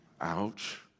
Ouch